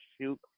shoot